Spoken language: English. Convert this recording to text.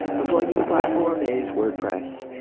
the blogging platform is wordpress.